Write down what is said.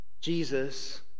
Jesus